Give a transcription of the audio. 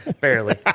Barely